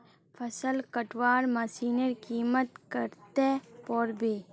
फसल कटवार मशीनेर कीमत कत्ते पोर बे